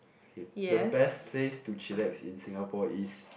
okay the best place to chillax in Singapore is